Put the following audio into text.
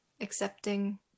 accepting